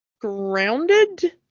grounded